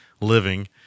living